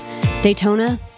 Daytona